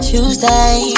Tuesday